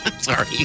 Sorry